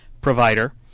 provider